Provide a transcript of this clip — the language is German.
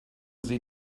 sie